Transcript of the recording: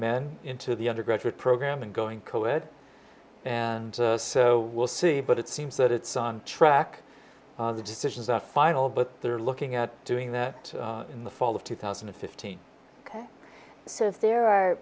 men into the undergraduate program and going coed and so we'll see but it seems that it's on track are the decisions are final but they're looking at doing that in the fall of two thousand and fifteen ok so if there